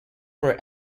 for